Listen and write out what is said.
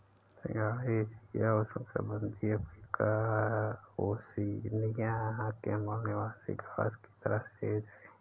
सिंघाड़ा एशिया, उष्णकटिबंधीय Africa, Oceania के मूल निवासी घास की तरह सेज है